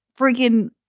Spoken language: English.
freaking